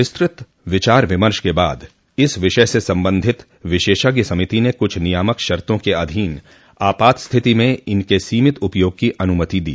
विस्तृत विचार विमर्श के बाद इस विषय से संबंधित विशेषज्ञ समिति ने कुछ नियामक शर्तों के अधीन आपात स्थिति में इनक सीमित उपयोग की अनुमति दी